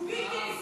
הוא בלתי נסבל.